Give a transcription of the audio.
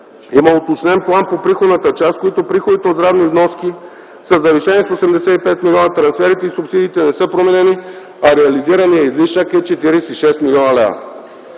има уточнен план по приходната част като приходите от здравни вноски са завишени с 85 млн. лв., трансферите и субсидиите не са променени, а реализираният излишък е 46 млн. лв.